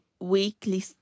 weekly